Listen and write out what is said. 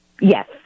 yes